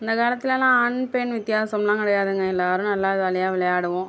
அந்த காலத்திலலா ஆண் பெண் வித்தியாசம்லாம் கிடையாதுங்க எல்லோரும் நல்லா ஜாலியாக விளையாடுவோம்